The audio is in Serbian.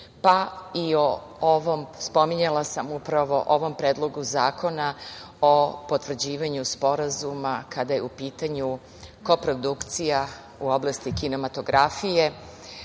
pa i o ovom. Spominjala sam upravo ovoj Predlog zakona o potvrđivanju Sporazuma kada je u pitanju koprodukcija u oblasti kinematografije